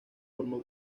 formó